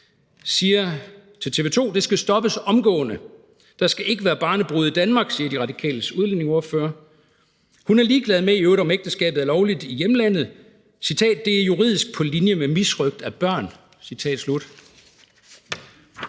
sagde til TV 2: Det skal stoppes omgående, der skal ikke være barnebrude i Danmark. Det sagde De Radikales udlændingeordfører, som i øvrigt sagde, at hun var ligeglad med, om ægteskabet var lovligt i hjemlandet, for det er juridisk på linje med misrøgt af børn. Citat slut.